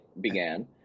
began